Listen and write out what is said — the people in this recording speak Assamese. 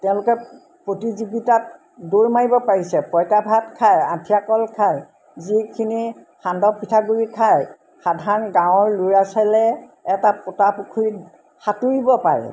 তেওঁলোকে প্ৰতিযোগীতাত দৌৰ মাৰিব পাৰিছে পঁইতা ভাত খায় আঠিয়া কল খায় যিখিনি সান্দহ পিঠাগুড়ি খায় সাধাৰণ গাঁৱৰ ল'ৰা ছোৱালীয়ে এটা পোটা পুখুৰীত সাঁতুৰিব পাৰে